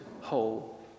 whole